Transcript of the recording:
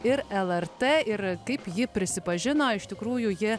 ir lrt ir kaip ji prisipažino iš tikrųjų ji